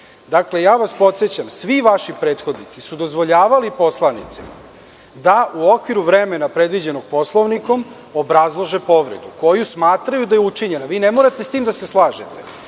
Poslovnika. Podsećam vas, svi vaši prethodnici su dozvoljavali da u okviru vremena predviđenog Poslovnikom obrazlažu povredu koju smatraju da je učinjena. Vi ne morate sa tim da se slažete,